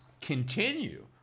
continue